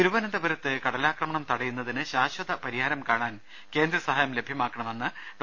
തിരുവനന്തപുരത്ത് കടലാക്രമണം തടയുന്നതിന് ശാശ്ചത പരിഹാരം കാണാൻ കേന്ദ്ര സഹായം ലഭ്യമാക്കണമെന്ന് ഡോ